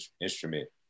instrument